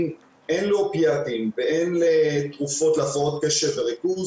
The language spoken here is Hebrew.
הן לאופיאטים והן לתרופות להפרעות קשב וריכוז,